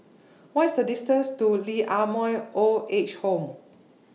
What IS The distance to Lee Ah Mooi Old Age Home